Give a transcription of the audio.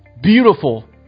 beautiful